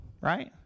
Right